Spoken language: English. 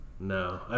No